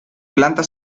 planta